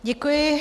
Děkuji.